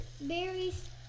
berries